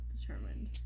determined